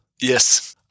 Yes